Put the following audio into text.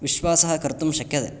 विश्वासः कर्तुं शक्यते